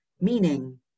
Meaning